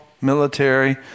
military